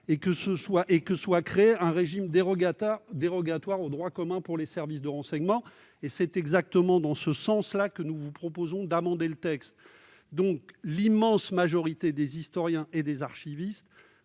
et que ne soit créé un régime dérogatoire au droit commun pour les services de renseignement. » C'est exactement dans ce sens que nous vous proposons d'amender le présent texte ! Ainsi, l'immense majorité des historiens et des archivistes